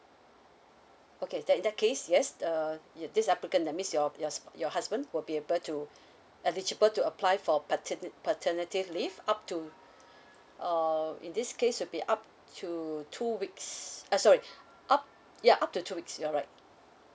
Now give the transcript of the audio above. okay that that case yes uh this applicant that means your your s~ your husband will be able to eligible to apply for pater~ paternity leave up to uh in this case will be up to two weeks sorry up ya up to two weeks you're right